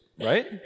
right